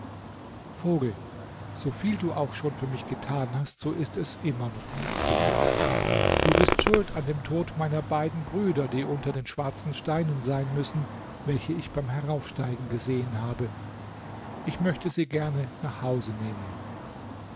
vogel soviel du auch schon für mich getan hast so ist es immer noch nicht genug du bist schuld an dem tod meiner beiden brüder die unter den schwarzen steinen sein müssen welche ich beim heraufsteigen gesehen habe ich möchte sie gerne nach hause nehmen